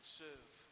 serve